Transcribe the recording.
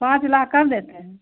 पाँच लाख कर देते हैं